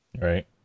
Right